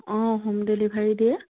অঁ home delivery দিয়ে